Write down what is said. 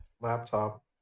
laptop